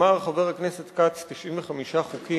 אמר חבר הכנסת כץ, 95 חוקים,